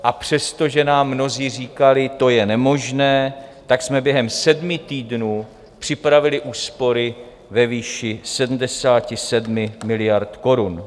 A přestože nám mnozí říkali: to je nemožné, tak jsme během sedmi týdnů připravili úspory ve výši 77 miliard korun.